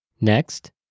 Next